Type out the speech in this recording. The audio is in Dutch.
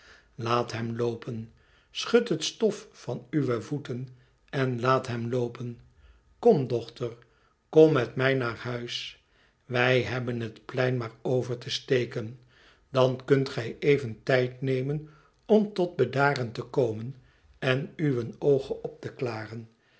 tlaat hem loopen schud het stof van uwe voeten en laat hem loopen kom dochter kom met mij naar huis wij hebben het pein maar over te steken dan kunt gij even tijd nemen om tot bedaren te komen en uwe oogen op te klaren